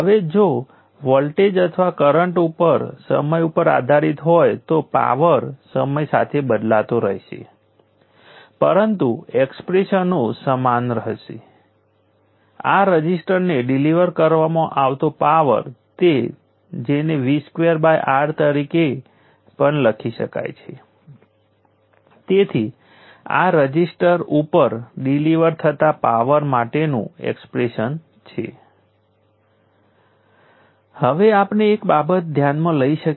તેથી voltage source કાં તો પાવર શોષી શકે છે અથવા પાવર ડીલીવર કરી શકે છે કારણ કે વોલ્ટેજ સોર્સ પાવર પહોંચાડવાની સંભાવના છે તે એક એક્ટિવ એલિમેન્ટ છે જેનો અર્થ એ છે કે તે પેસિવ નથી